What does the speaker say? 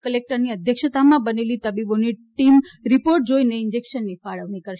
કલેકટરની અધ્યક્ષતામાં બનેલી તબીબોની ટીમ રીપોર્ટ જોઈને ઈન્જેકશનની ફાળવણી કરશે